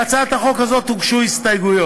להצעת חוק זו הוגשו הסתייגויות,